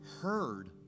heard